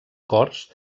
cors